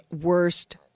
worst